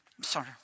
Sorry